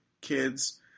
kids